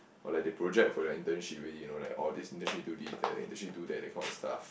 or like they project for your internship already you know like oh this internship do this that internship do that that kind of stuff